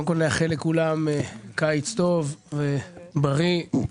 נאחל לכולם קיץ טוב, בריא.